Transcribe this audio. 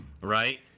right